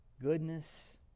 goodness